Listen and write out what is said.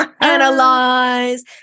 analyze